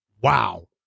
Wow